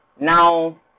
Now